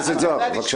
בבקשה.